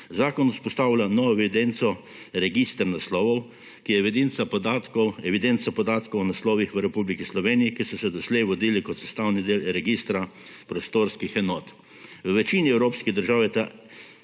Zakon vzpostavlja novo evidenco – register naslovov, ki je evidenca podatkov o naslovih v Republiki Sloveniji, ki so se doslej vodili kot sestavni del registra prostorskih enot. V večini evropskih držav je ta